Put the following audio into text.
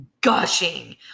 gushing